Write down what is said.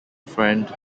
friend